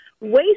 waste